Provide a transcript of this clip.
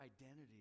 identity